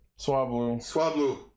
Swablu